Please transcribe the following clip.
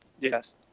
Yes